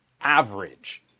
average